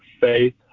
faith